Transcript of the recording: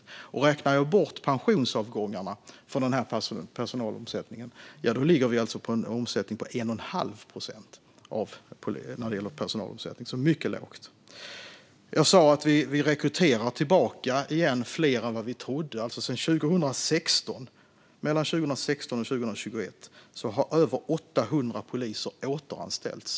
När man räknar bort pensionsavgångarna ligger personalomsättningen på 1 1⁄2 procent, alltså mycket lågt. Jag sa att vi rekryterar tillbaka fler än vi trodde. Mellan 2016 och 2021 har över 800 poliser återanställts.